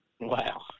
Wow